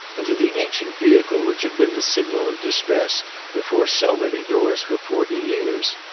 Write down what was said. and to the ancient vehicle which had been the signal of distress before so many doors for forty years.